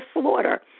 slaughter